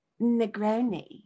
Negroni